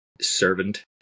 servant